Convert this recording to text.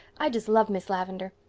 i just love miss lavendar.